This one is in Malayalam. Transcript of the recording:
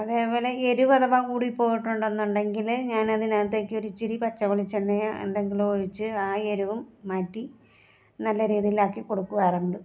അതേപോലെ എരിവ് അഥവാ കൂടിപ്പോയിട്ടുണ്ടെന്നുണ്ടെങ്കിൽ ഞാനതിനകത്തേക്ക് ഒരു ഇച്ചിരി പച്ച വെളിച്ചെണ്ണയാ എന്തെങ്കിലും ഒഴിച്ച് ആ എരിവും മാറ്റി നല്ല രീതിയിലാക്കി കൊടുക്കാറുണ്ട്